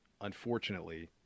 unfortunately